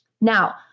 Now